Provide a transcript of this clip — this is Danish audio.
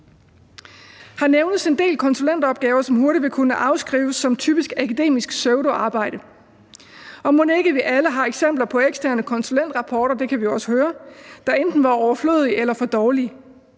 Der nævnes en del konsulentopgaver, som hurtigt vil kunne afskrives som typisk akademisk pseudoarbejde. Og mon ikke vi alle har eksempler på eksterne konsulentrapporter – det kan vi også høre – der enten var overflødige eller for dårlige.